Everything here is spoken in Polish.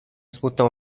smutną